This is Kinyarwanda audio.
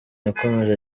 yakomeje